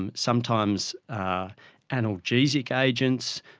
um sometimes ah analgesic agents,